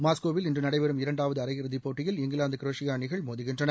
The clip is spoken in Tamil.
மாஸ்கோவில் இன்று நடைபெறும் இரண்டாவது அரையிறதி போட்டியில் இங்கிலாந்து குரேஷியா அணிகள் மோதுகின்றன